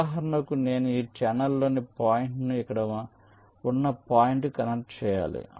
ఉదాహరణకు నేను ఈ ఛానెల్లోని పాయింట్ను ఇక్కడ ఉన్న పాయింట్కు కనెక్ట్ చేయాలి